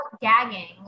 Gagging